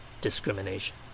discrimination